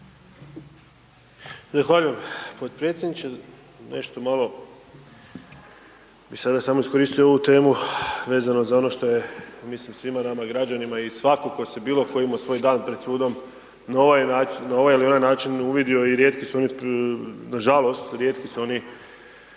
Zahvaljujem potpredsjedniče. Nešto malo bi sada samo iskoristio ovu temu vezano za ono što je, mislim svima nama građanima i svatko tko se, bilo tko je imao svoj dan pred sudom na ovaj način, na ovaj ili onaj način uvidio. I rijetki su oni, nažalost rijetki su oni